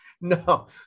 No